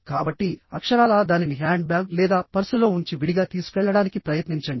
కాబట్టి అక్షరాలా దానిని హ్యాండ్బ్యాగ్ లేదా పర్సులో ఉంచి విడిగా తీసుకెళ్లడానికి ప్రయత్నించండి